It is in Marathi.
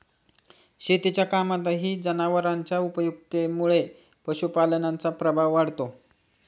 शेतीच्या कामातही जनावरांच्या उपयुक्ततेमुळे पशुपालनाचा प्रभाव वाढतो